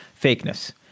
fakeness